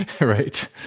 Right